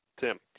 Tim